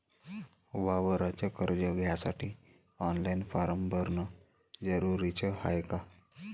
वावराच कर्ज घ्यासाठी ऑनलाईन फारम भरन जरुरीच हाय का?